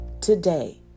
today